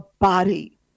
body